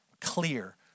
clear